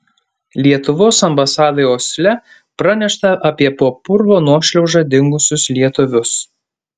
lietuvos ambasadai osle pranešta apie po purvo nuošliauža dingusius lietuvius